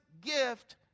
gift